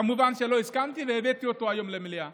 כמובן שלא הסכמתי והבאתי אותו היום למליאה.